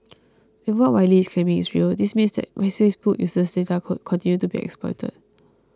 if what Wylie is claiming is real this means that Facebook's user data could continue to be exploited